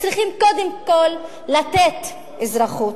צריכים קודם כול לתת אזרחות.